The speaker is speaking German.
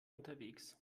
unterwegs